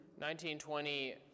1920